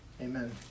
Amen